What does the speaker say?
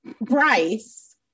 Bryce